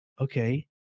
okay